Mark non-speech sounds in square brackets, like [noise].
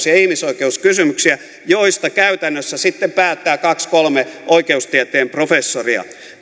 [unintelligible] ja ihmisoikeuskysymyksiä joista käytännössä sitten päättää kaksi kolme oikeustieteen professoria